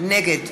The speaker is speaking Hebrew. נגד